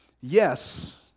yes